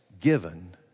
given